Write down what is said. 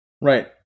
Right